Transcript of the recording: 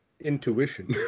intuition